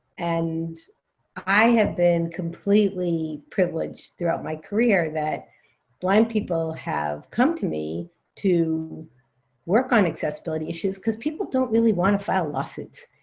and i have been completely privileged throughout my career that blind people have come to me to work on accessibility issues, because people don't really want to file lawsuits.